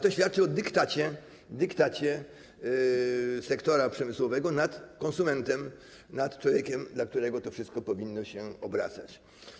To świadczy o dyktacie sektora przemysłowego nad konsumentem, nad człowiekiem, dla którego to wszystko powinno się obracać.